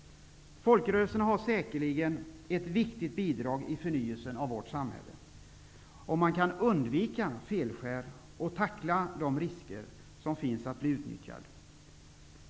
Folkrörelserna kan säkert ge ett viktigt bidrag i förnyelsen av vårt samhälle, om de kan undvika felskär och tackla riskerna att bli utnyttjade.